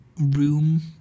room